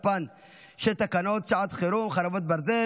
כעת, חבריי חברי הכנסת,